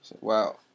Wow